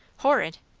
horrid!